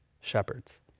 shepherds